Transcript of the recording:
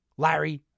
Larry